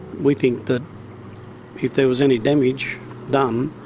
we think that if there was any damage done,